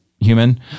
human